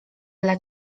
dla